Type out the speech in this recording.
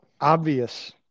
obvious